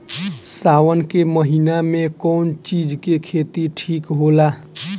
सावन के महिना मे कौन चिज के खेती ठिक होला?